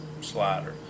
slider